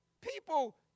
People